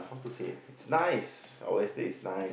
how to say it's nice obviously it's nice